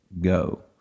go